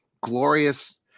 glorious